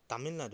Tamil Nadu